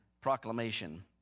proclamation